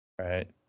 right